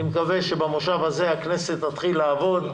אני מקווה שבמושב הזה הכנסת תתחיל לעבוד,